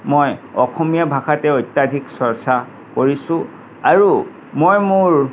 মই অসমীয়া ভাষাতেই অত্যাধিক চৰ্চা কৰিছোঁ আৰু মই মোৰ